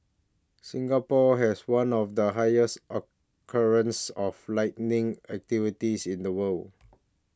Singapore has one of the highest occurrence of lightning activities in the world